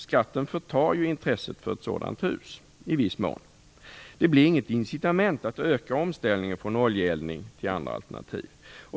Skatten förtar ju i viss mån intresset för ett sådant hus. Det blir ju inget incitament att öka omställningen från oljeeldning till andra alternativ.